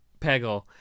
Peggle